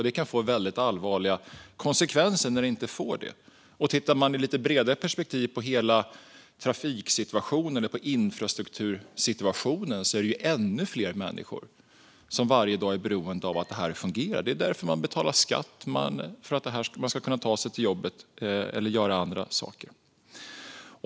Det kan få väldigt allvarliga konsekvenser när det inte gör det. I ett lite bredare perspektiv, sett till hela trafiksituationen och infrastruktursituationen, är det ännu fler människor som varje dag är beroende av att det här fungerar. Det är därför man betalar skatt - för att man ska kunna ta sig till jobbet och göra andra saker.